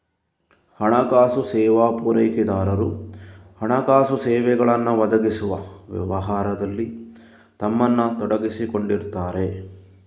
ಹಣಕಾಸು ಸೇವಾ ಪೂರೈಕೆದಾರರು ಹಣಕಾಸು ಸೇವೆಗಳನ್ನ ಒದಗಿಸುವ ವ್ಯವಹಾರದಲ್ಲಿ ತಮ್ಮನ್ನ ತೊಡಗಿಸಿಕೊಂಡಿರ್ತಾರೆ